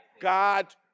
God